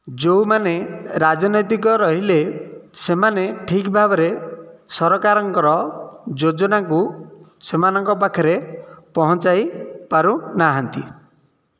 ଯେଉଁମାନେ ରାଜନୈତିକ ରହିଲେ ସେମାନେ ଠିକ ଭାବରେ ସରକାରଙ୍କର ଯୋଜନାକୁ ସେମାନଙ୍କ ପାଖରେ ପହଞ୍ଚାଇ ପାରୁନାହାନ୍ତି